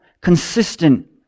consistent